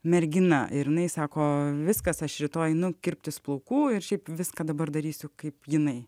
mergina ir jinai sako viskas aš rytoj einu kirptis plaukų ir šiaip viską dabar darysiu kaip jinai